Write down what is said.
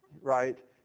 right